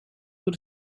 door